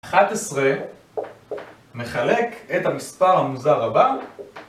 11 מחלק את המספר המוזר הבא